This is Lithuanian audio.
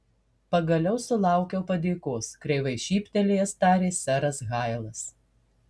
pagaliau sulaukiau padėkos kreivai šyptelėjęs tarė seras hailas